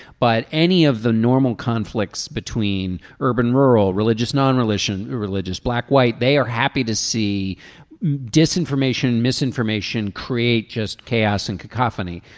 but any of the normal conflicts between urban rural religious non religion religious black white. they are happy to see disinformation misinformation create just chaos and cacophony.